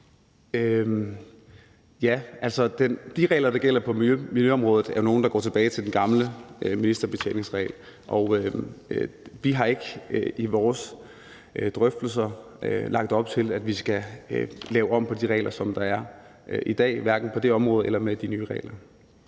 (S): Altså, de regler, der gælder på miljøområdet, er jo nogle, der går tilbage til den gamle ministerbetjeningsregel. Og vi har ikke i vores drøftelser lagt op til, at vi skal lave om på de regler, der er i dag, hverken på det område eller i forbindelse med